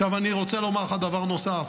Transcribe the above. עכשיו אני רוצה לומר לך דבר נוסף,